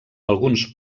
alguns